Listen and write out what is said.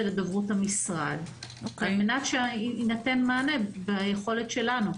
לדוברות המשרד על מנת שיינתן מענה במסגרת היכולת שלנו.